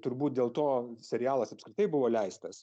turbūt dėl to serialas apskritai buvo leistas